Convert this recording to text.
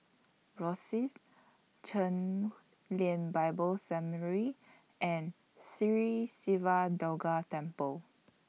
Rosyth Chen Lien Bible Seminary and Sri Siva Durga Temple